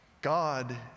God